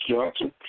Johnson